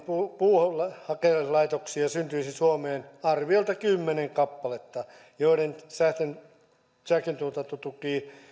puuhakelaitoksia syntyisi suomeen arviolta kymmenen kappaletta joiden sähköntuotantotuki